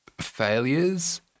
failures